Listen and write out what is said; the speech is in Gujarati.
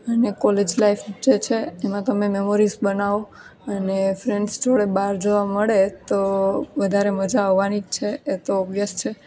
અને કોલેજ લાઈફ જે છે એમાં તમે મેમોરીઝ બનાવો અને ફ્રેન્ડ્સ જોડે બહાર જવા મળે તો વધારે મજા આવાની જ છે એતો ઓબવિયસ છે